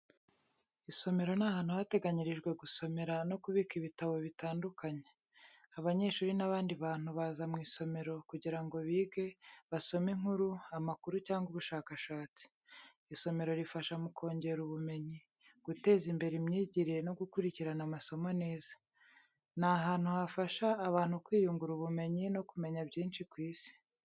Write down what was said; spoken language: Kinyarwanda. Isomero ni ahantu hateganyirijwe gusomera no kubika ibitabo bitandukanye. Abanyeshuri n’abandi bantu baza mu isomero kugira ngo bige, basome inkuru, amakuru cyangwa ubushakashatsi. Isomero rifasha mu kongera ubumenyi, guteza imbere imyigire no gukurikirana amasomo neza. Ni ahantu hafasha abantu kwiyungura ubumenyi no kumenya byinshi ku isi.